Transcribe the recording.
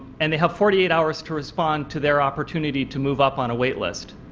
and they have forty eight hours to respond to their opportunity to move up on a waitlist.